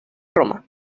roma